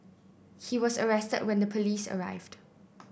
he was arrested when the police arrived